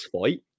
fight